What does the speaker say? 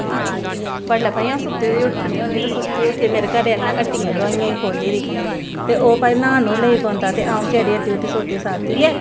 दिक्खो जी गल्ल एह् ऐ भाई गौरमैंट कोला असें कोई फायदा अजें तक्कर ते थ्होा नेंई ना थ्होआ दा